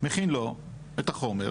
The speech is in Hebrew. אני מכין לו את החומר,